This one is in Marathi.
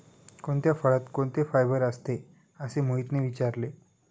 कोणत्या फळात कोणते फायबर असते? असे मोहितने विचारले